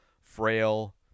frail